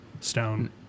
Stone